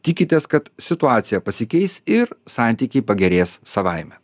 tikitės kad situacija pasikeis ir santykiai pagerės savaime